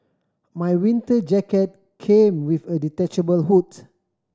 my winter jacket came with a detachable hoods